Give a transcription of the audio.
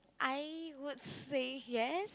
I would say yes